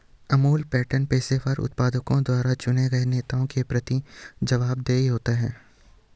Amul pattern पेशेवर उत्पादकों द्वारा चुने गए नेताओं के प्रति जवाबदेह होते हैं